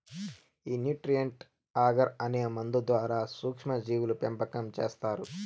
ఈ nutrient agar అనే మందు ద్వారా సూక్ష్మ జీవుల పెంపకం చేస్తారు